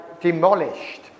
demolished